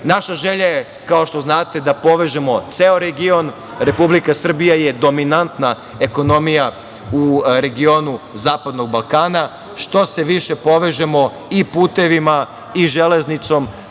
želja je, kao što znate, da povežemo ceo region. Republika Srbija je dominantna ekonomija u regionu Zapadnog Balkana. Što se više povežemo i putevima i železnicom,